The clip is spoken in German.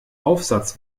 aufsatz